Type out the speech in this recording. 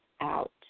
out